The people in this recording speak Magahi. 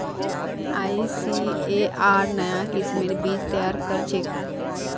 आईसीएआर नाया किस्मेर बीज तैयार करछेक